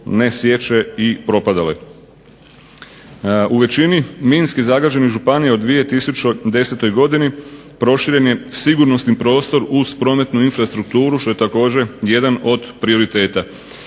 U većini minski zagađenih županija u 2010. godini proširen je sigurnosni prostor uz prometnu infrastrukturu što je također jedan od prioriteta.